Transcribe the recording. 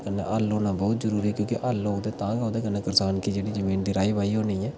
ओह्दे कन्नै हल्ल होना बहुत जरूरी क्योंकि हल्ल होग तां गै ओह्दे कन्नै करसान दी जेह्ड़ी जमीन ओह्दे कन्नै राही बाही होनी ऐ